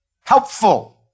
helpful